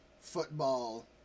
football